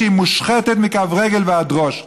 שהיא מושחתת מכף רגל ועד ראש.